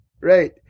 right